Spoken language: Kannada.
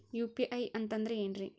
ಯು.ಪಿ.ಐ ಅಂತಂದ್ರೆ ಏನ್ರೀ?